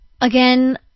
again